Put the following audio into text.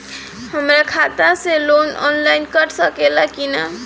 हमरा खाता से लोन ऑनलाइन कट सकले कि न?